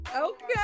Okay